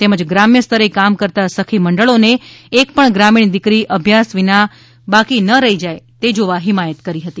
તેમજ ગ્રામ્ય સ્તરે કામ કરતા સખી મંડળોને એક પણ ગ્રામીણ દીકરી અભ્યાસ વિના રહી ન જાય તે જોવા હિમાયત કરી હતી